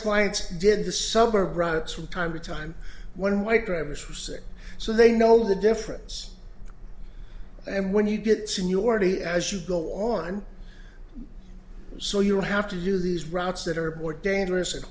clients did this suburb riots from time to time when white drivers were sick so they know the difference and when you get seniority as you go on so you have to use these routes that are more dangerous